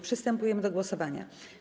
Przystępujemy do głosowania.